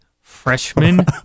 freshman